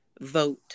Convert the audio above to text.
vote